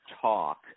talk